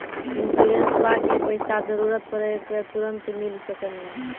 इंश्योरेंसबा के पैसा जरूरत पड़े पे तुरंत मिल सकनी?